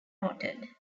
noted